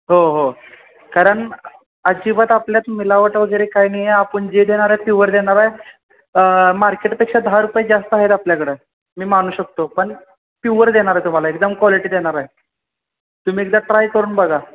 हो हो कारण अजिबात आपल्यात मिलावट वगैरे काय नाही आहे आपण जे देणार आहे प्युअर देणार आहे मार्केटपेक्षा दहा रुपये जास्त आहेत आपल्याकडं मी मानू शकतो पण प्युअर देणारे तुम्हाला एकदम क्वालिटी देणार आहे तुम्ही एकदा ट्राय करून बघा